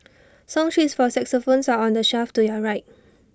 song sheets for xylophones are on the shelf to your right